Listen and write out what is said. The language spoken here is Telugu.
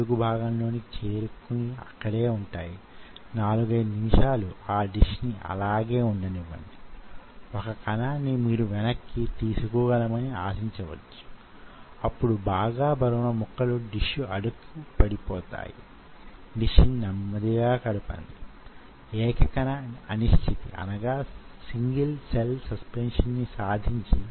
ఆ సాధనాలు కణాలు ఎదుగుతున్నయో లేదో ఎదిగితే యే విధంగా ఎదుగుతున్నయో తెలుసుకునేందుకు ఉపయోగించే ప్రత్యేక సాధనాలు